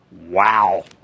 Wow